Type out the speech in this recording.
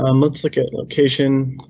um let's look at location.